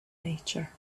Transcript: nature